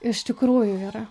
iš tikrųjų yra